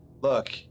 look